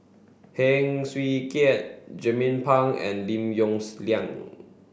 Heng Swee Keat Jernnine Pang and Lim Yong Liang